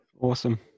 Awesome